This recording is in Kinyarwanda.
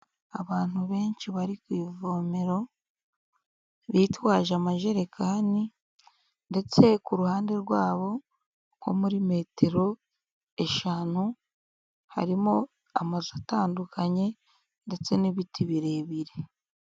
Abantu benshi bari ku ivomero, bitwaje amajerekani ndetse ku ruhande rwabo nko muri metero eshanu, harimo amazu atandukanye ndetse n'ibiti birebire.